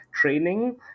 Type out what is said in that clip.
training